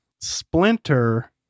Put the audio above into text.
Splinter